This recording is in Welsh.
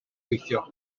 weithio